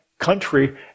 country